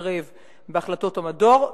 להתערב בהחלטות המדור,